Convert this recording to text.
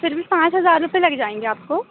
फिर भी पाँच हज़ार रुपए लग जाएँगे आपको